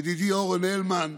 ידידי אורן הלמן,